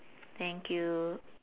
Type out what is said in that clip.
thank you